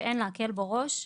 שאין להקל בו ראש.